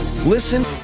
Listen